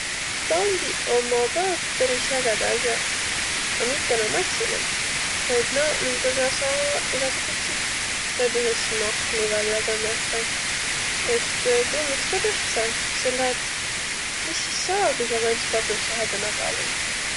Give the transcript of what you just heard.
Tangiq ommaq ka iks peris ägedaq as'aq. A mitte nuuq massinaq, vaid naaq, minkagaq saa egäsugutsit näütüses naklu vällä tõmmataq. Et tuu om iks ka tähtsä, selle et mis sis saa, kui sa võlsskotussõhe tuu nagla lüüt?